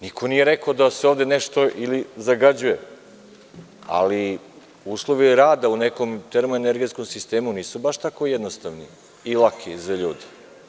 Niko nije rekao da se ovde nešto zagađuje, ali uslovi rada u nekom termoenergetskom sistemu nisu baš tako jednostavni i laki za ljude.